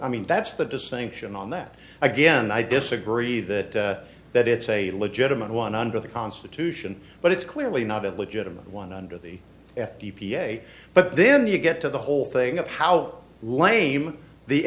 i mean that's the distinction on that again i disagree that that it's a legitimate one under the constitution but it's clearly not a legitimate one under the d p a but then you get to the whole thing of how lame the